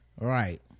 right